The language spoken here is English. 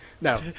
no